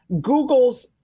Google's